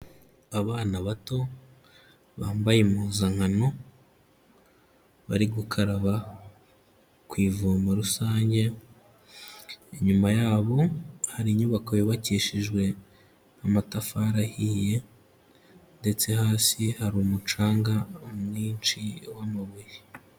Abana bato bambaye impuzankano bari gukaraba ku ivomo rusange, inyuma yabo hari inyubako yubakishijwe n'amatafari ahiye, ndetse hasi hari umucanga mwinshi w'amabuye.